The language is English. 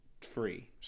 free